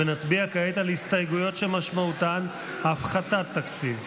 נצביע כעת על הסתייגויות שמשמעותן הפחתת תקציב.